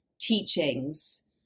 teachings